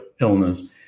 illness